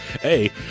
Hey